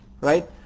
right